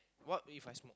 what If I smoke